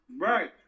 right